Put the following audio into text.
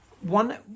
one